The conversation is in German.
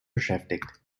beschäftigt